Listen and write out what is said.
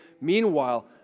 Meanwhile